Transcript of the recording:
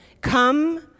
come